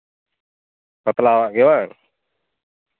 ᱯᱟᱛᱞᱟ ᱟᱜ ᱜᱮ ᱦᱮᱸᱵᱟᱝ